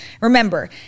Remember